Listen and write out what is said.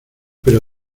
pero